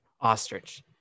Ostrich